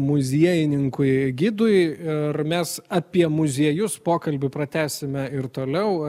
muziejininkui gidui ir mes apie muziejus pokalbį pratęsime ir toliau